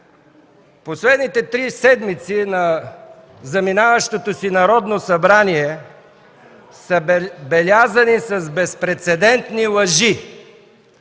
последните три седмици на заминаващото си Народно събрание са белязани с безпрецедентни лъжи